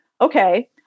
okay